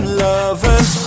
lovers